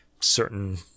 certain